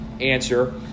answer